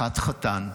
אחד חתן.